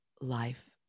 life